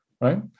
right